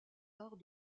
arts